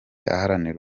aharanira